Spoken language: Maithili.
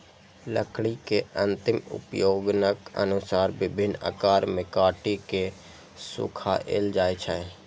लकड़ी के अंतिम उपयोगक अनुसार विभिन्न आकार मे काटि के सुखाएल जाइ छै